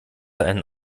einen